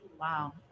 Wow